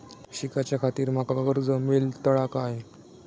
शिकाच्याखाती माका कर्ज मेलतळा काय?